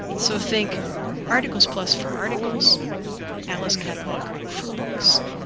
so think articles plus for articles alice catalog for books.